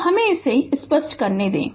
तो हमे इसे स्पष्ट करने दें